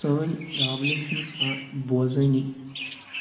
سٲنۍ پرٚابلِم چھُ نہٕ کانٛہہ بوٚزٲنی